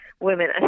women